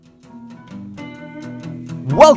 Welcome